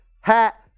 Hat